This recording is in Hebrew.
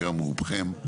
רובכם,